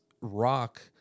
rock